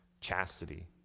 chastity